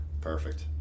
Perfect